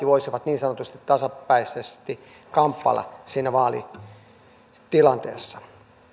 voisivat niin sanotusti tasapäisesti kamppailla siinä vaalitilanteessa